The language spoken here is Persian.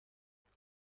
هنوز